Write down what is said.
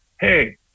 hey